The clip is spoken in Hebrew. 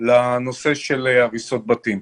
לנושא של הריסות בתים.